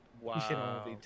Wow